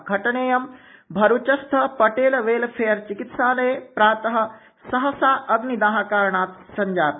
घटनेयं भरूचस्थ पटेल वेलफेयर चिकित्सालये प्रातः सहसा अग्निदाहकारणात् जाता